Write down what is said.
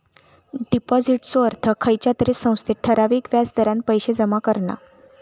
डिपाॅजिटचो अर्थ खयच्या तरी संस्थेत ठराविक व्याज दरान पैशे जमा करणा